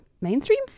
Mainstream